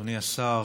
אדוני השר,